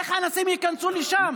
איך אנשים ייכנס לשם?